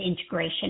integration